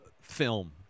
film